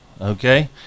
Okay